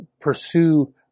pursue